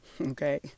okay